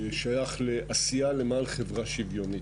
שייך לעשייה למען חברה שוויונית.